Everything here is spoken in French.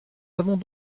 avons